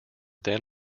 then